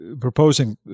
proposing